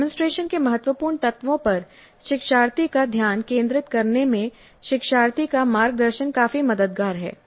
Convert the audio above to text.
demonstration के महत्वपूर्ण तत्वों पर शिक्षार्थी का ध्यान केंद्रित करने में शिक्षार्थी का मार्गदर्शन काफी मददगार है